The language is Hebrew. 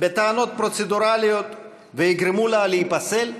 בטענות פרוצדורליות ויגרמו לה להיפסל.